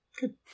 good